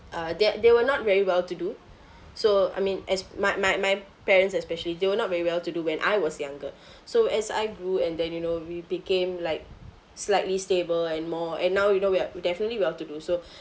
uh that they were not very well to do so I mean as my my my parents especially they were not very well to do when I was younger so as I grew and then you know we became like slightly stable and more and now you know we are we definitely well to do so